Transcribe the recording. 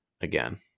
again